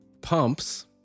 Pumps